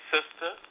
Sister